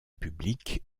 publique